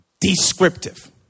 descriptive